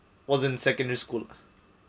was in secondary school